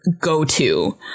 go-to